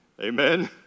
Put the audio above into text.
Amen